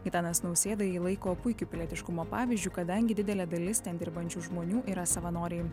gitanas nausėda jį laiko puikiu pilietiškumo pavyzdžiu kadangi didelė dalis ten dirbančių žmonių yra savanoriai